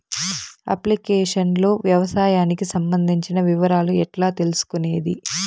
Application లో వ్యవసాయానికి సంబంధించిన వివరాలు ఎట్లా తెలుసుకొనేది?